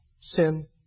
sin